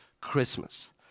christmas